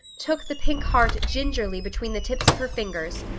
took the pink heart gingerly between the tips of her fingers,